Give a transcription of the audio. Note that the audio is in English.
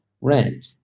rent